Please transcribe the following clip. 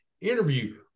interview